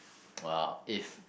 !wow! if